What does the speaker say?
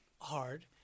hard